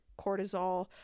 cortisol